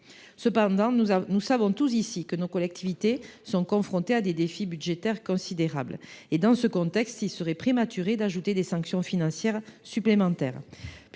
Cependant, nous savons tous ici que nos collectivités sont confrontées à des défis budgétaires considérables. Dans ce contexte, il serait prématuré d’ajouter des sanctions financières supplémentaires.